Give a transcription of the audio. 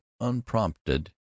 unprompted